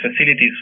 facilities